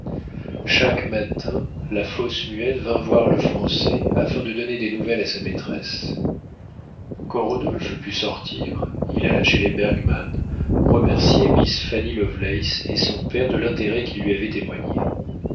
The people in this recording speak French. chaque matin la fausse muette vint voir le français afin de donner des nouvelles à sa maîtresse quand rodolphe put sortir il alla chez les bergmann remercier miss fanny lovelace et son père de l'intérêt qu'ils lui avaient témoigné